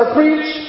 preach